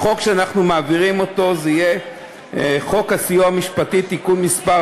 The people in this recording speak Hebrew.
החוק שאנחנו מעבירים אותו יהיה חוק הסיוע המשפטי (תיקון מס'